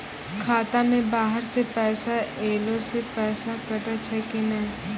खाता मे बाहर से पैसा ऐलो से पैसा कटै छै कि नै?